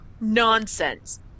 nonsense